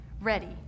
ready